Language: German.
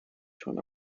schon